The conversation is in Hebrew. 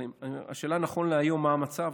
השאלה היא נכון להיום מה המצב,